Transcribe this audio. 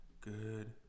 Good